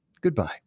Goodbye